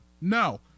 no